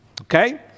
Okay